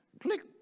Click